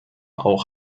auch